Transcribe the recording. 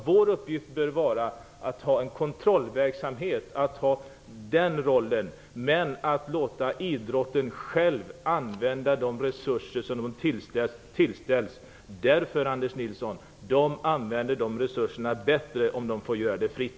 Vår uppgift bör vara att ha en kontrollverksamhet, det är vår roll, men att tillåta idrottsrörelsen själv använda de resurser som den tillställts. Den använder, Anders Nilsson, resurserna bättre om den får göra det fritt.